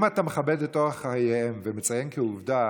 אם אתה מכבד את אורח חייהם ומציין כעובדה,